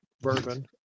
bourbon